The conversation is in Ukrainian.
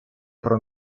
про